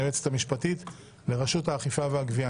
היועצת המשפטית לרשות האכיפה והגבייה.